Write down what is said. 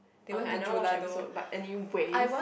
okay I never watch episode but anyways